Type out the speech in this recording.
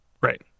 Right